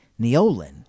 Neolin